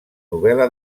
novel·la